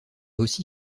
aussi